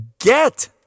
get